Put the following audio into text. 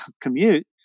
commute